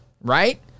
right